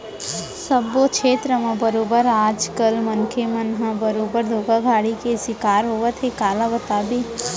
सब्बो छेत्र म बरोबर आज कल मनसे मन ह बरोबर धोखाघड़ी के सिकार होवत हे काला बताबे